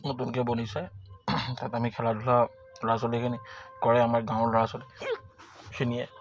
নতুনকে বনিছে তাত আমি খেলা ধূলা ল'ৰা ছোৱালীখিনি কৰে আমাৰ গাঁৱৰ ল'ৰা ছোৱালীখিনিয়ে